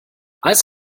eis